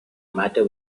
matter